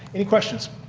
any questions?